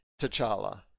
T'Challa